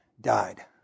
died